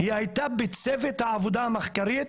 הייתה בצוות העבודה המחקרית,